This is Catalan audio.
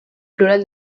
plural